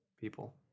People